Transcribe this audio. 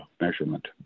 measurement